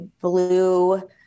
blue